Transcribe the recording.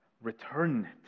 Return